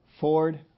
Ford